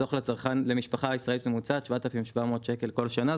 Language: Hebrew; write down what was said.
נחסוך למשפחה ישראלית ממוצעת 7,700 שקלים כל שנה,